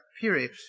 period